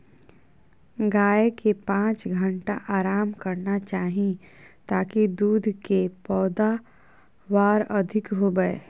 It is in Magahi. गाय के पांच घंटा आराम करना चाही ताकि दूध के पैदावार अधिक होबय